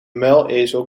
muilezel